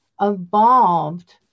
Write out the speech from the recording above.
evolved